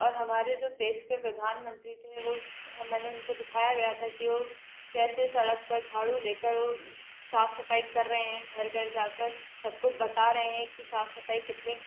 और हमारे जो देश के जो प्रधानमंत्री थे वो मैंने उनको दिखाया गया था कि वो कैसे सड़क पर झाड़ू ले कर वो साफ़ सफ़ाई कर रहे हैं घर घर जा कर सब को बता रहे हैं कि साफ़ सफ़ाई कितनी